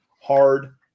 Hard